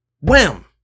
Wham